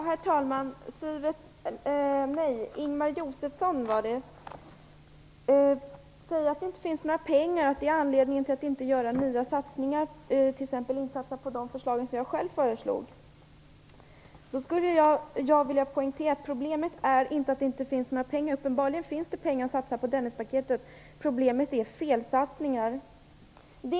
Herr talman! Ingemar Josefsson säger att det inte finns några pengar och att det är anledningen till att det inte kan göras nya satsningar, t.ex. det som jag själv föreslog. Då skulle jag vilja poängtera att problemet inte är att det inte finns några pengar. Uppenbarligen finns det pengar att satsa på Dennispaketet. Problemet är felsatsningar.